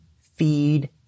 feed